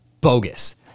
Bogus